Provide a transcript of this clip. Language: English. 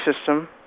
system